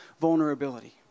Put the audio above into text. vulnerability